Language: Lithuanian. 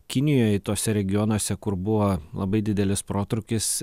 kinijoj tuose regionuose kur buvo labai didelis protrūkis